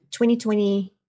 2020